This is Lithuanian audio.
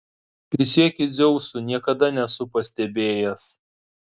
prisiekiu dzeusu niekada nesu pastebėjęs